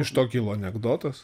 iš to kilo anekdotas